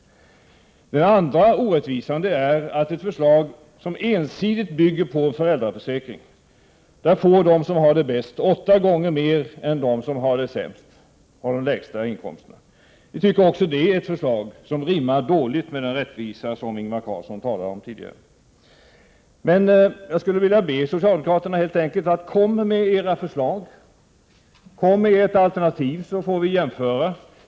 En ytterligare orättvisa är, att med ett förslag som ensidigt bygger på föräldraförsäkring får de som har det bäst ställt åtta gånger mer än de som har de lägsta inkomsterna. Vi tycker att också detta är ett förslag, som rimmar dåligt med den rättvisa som Ingvar Carlsson tidigare talade om. Jag skulle vilja be socialdemokraterna att helt enkelt komma med sina förslag och sitt alternativ, så att vi får jämföra.